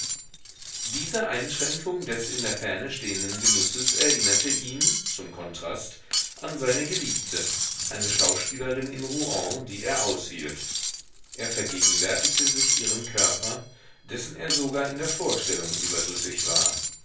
diese einschränkung des in der ferne stehenden genusses erinnerte ihn zum kontrast an seine geliebte eine schauspielerin in rouen die er aushielt er vergegenwärtigte sich ihren körper dessen er sogar in der vorstellung überdrüssig war